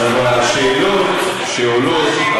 השאלות שעולות,